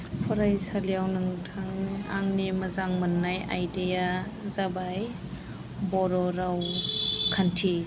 फरायसालियाव आंनि मोजां मोननाय आयदाया जाबाय बर' रावखान्थि